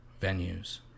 venues